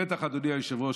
בטח אדוני היושב-ראש,